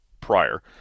prior